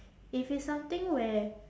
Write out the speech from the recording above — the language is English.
if it's something where